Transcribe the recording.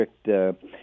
strict